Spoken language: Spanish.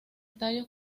tallos